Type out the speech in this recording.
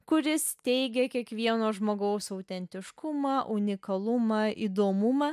kuris teigė kiekvieno žmogaus autentiškumą unikalumą įdomumą